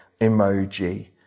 emoji